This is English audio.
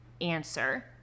answer